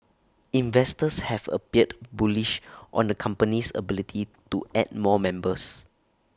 investors have appeared bullish on the company's ability to add more members